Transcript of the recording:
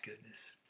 goodness